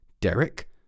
Derek